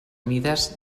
mides